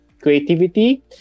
creativity